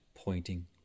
Pointing